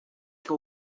que